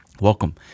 welcome